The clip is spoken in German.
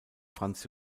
franz